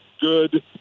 good